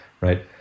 right